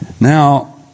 Now